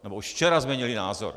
Nebo už včera změnili názor.